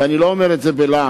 ואני לא אומר את זה בלעג,